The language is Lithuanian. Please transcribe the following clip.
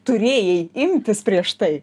turėjai imtis prieš tai